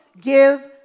give